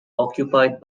occupied